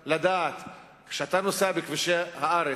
כשאתה נוסע בכבישי הארץ,